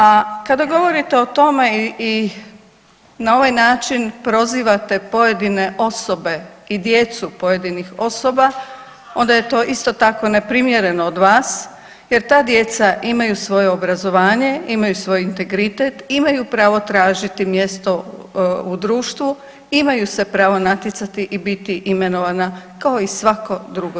A kada govorite o tome i na ovaj način prozivate pojedine osobe i djecu pojedinih osoba onda je to isto tako neprimjereno od vas jer ta djeca imaju svoje obrazovanje, imaju svoj integritet, imaju pravo tražiti mjesto u društvu, imaju se pravo natjecati i biti imenovana kao i svako drugo dijete.